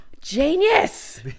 Genius